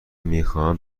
میخواهم